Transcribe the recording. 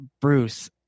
bruce